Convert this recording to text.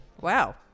Wow